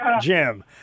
Jim